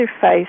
face